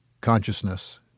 consciousness